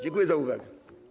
Dziękuję za uwagę.